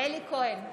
אינו נוכח מאיר כהן,